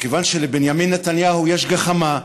מכיוון שלבנימין נתניהו יש גחמה.